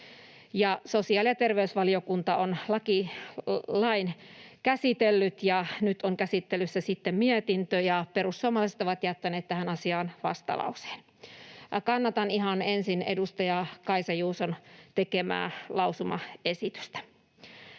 Sosiaali- ja terveysvaliokunta on lain käsitellyt, ja nyt on käsittelyssä sitten mietintö, ja perussuomalaiset ovat jättäneet tähän asiaan vastalauseen. Kannatan ihan ensin edustaja Kaisa Juuson tekemää lausumaesitystä.